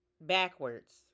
backwards